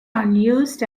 unused